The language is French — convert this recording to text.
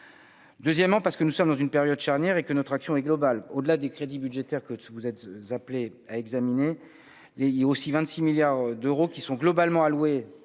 Deuxièmement parce que nous sommes dans une période charnière et que notre action est globale, au-delà des crédits budgétaires que vous êtes appelés à examiner les aussi 26 milliards d'euros qui sont globalement louer